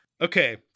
Okay